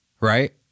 Right